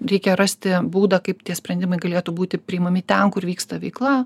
reikia rasti būdą kaip tie sprendimai galėtų būti priimami ten kur vyksta veikla